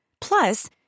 Plus